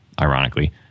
ironically